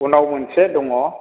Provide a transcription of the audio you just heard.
उनाव मोनसे दङ